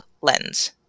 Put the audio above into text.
lens